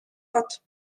бод